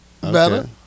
Better